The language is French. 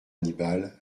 hannibal